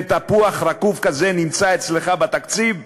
תפוח רקוב כזה נמצא אצלך בתקציב,